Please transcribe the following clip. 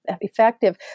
effective